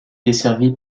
desservie